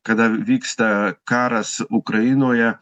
kada vyksta karas ukrainoje